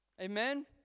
amen